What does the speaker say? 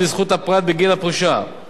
ההתארכות הניכרת בתוחלת החיים,